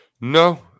No